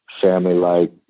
family-like